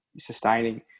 sustaining